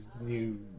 new